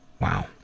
Wow